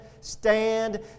stand